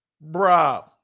bro